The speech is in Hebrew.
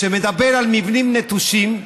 שמדבר על מבנים נטושים,